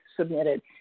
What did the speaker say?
submitted